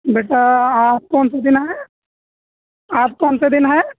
بیٹا آپ کون سے دن آئے آج کون سا دن ہے